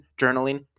journaling